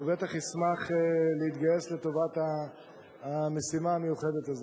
והוא בטח ישמח להתגייס לטובת המשימה המיוחדת הזאת.